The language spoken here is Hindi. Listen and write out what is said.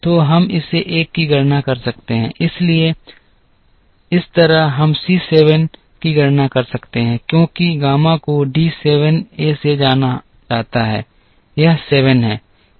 तो हम इसे एक की गणना कर सकते हैं इसी तरह हम C 7 की गणना कर सकते हैं क्योंकि गामा को d 7 a से जाना जाता है यह 7 है